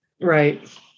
right